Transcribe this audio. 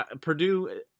Purdue –